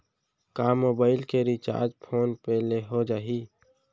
का मोबाइल के recharge PhonePe ले हो जाही?